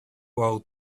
old